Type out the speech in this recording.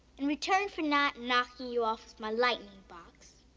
in return for not knocking you off with my lightning box,